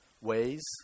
Ways